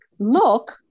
look